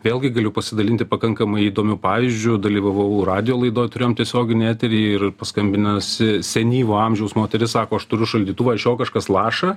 vėlgi galiu pasidalinti pakankamai įdomiu pavyzdžiu dalyvavau radijo laidoj turėjome tiesioginį eterį ir paskambinusi senyvo amžiaus moteris sako aš turiu šaldytuvą iš jo kažkas laša